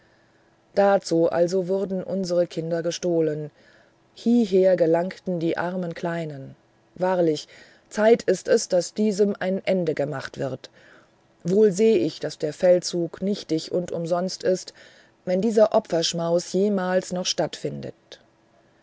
dazu also wurden unsere kinder gestohlen hieher gelangten die armen kleinen wahrlich zeit ist es daß diesem ein ende gemacht wird wohl seh ich daß der ganze feldzug nichtig und umsonst ist wenn dieser opferschmaus jemals noch stattfindet